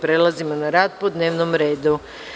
Prelazimo na rad po dnevnom redu.